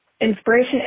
inspiration